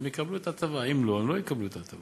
הם יקבלו את ההטבה, אם לא, הם לא יקבלו את ההטבה.